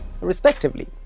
respectively